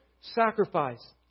sacrifice